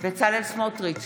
בצלאל סמוטריץ'